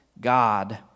God